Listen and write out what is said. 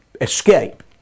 escape